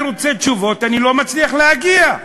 אני רוצה תשובות ואני לא מצליח להגיע,